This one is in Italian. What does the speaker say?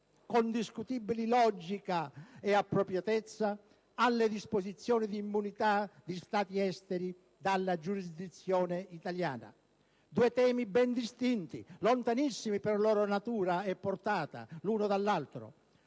con discutibile logica e appropriatezza, alle disposizioni di immunità di Stati esteri dalla giurisdizione italiana: due temi ben distinti, lontanissimi per loro natura e portata l'uno dall'altro,